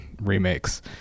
remakes